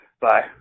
Bye